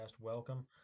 welcome